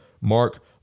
Mark